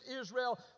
Israel